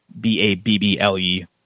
B-A-B-B-L-E